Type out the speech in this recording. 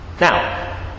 Now